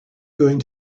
going